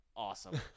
awesome